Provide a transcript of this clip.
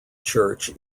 church